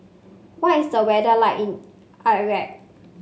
what is the weather like in